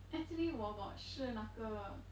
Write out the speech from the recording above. actually 我 got 试那个